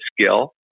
skill